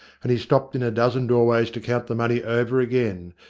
and he stopped in a dozen doorways to count the money over again,